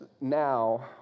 now